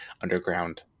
underground